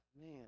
man